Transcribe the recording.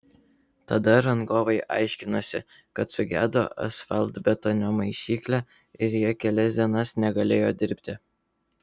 tada rangovai aiškinosi kad sugedo asfaltbetonio maišyklė ir jie kelias dienas negalėjo dirbti